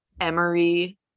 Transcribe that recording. Emery